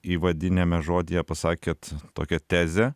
įvadiniame žodyje pasakėt tokią tezę